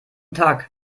tag